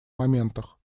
моментах